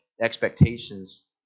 expectations